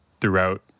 throughout